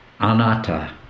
anatta